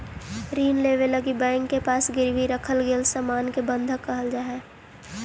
ऋण लेवे लगी बैंक के पास गिरवी रखल गेल सामान के बंधक कहल जाऽ हई